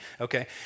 Okay